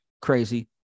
crazy